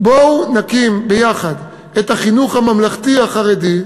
בואו נקים ביחד את החינוך הממלכתי-החרדי,